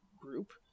group